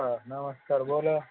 हा नमस्कार बोला